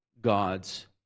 God's